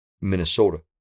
Minnesota